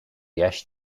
dheis